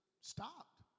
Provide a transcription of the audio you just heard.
stopped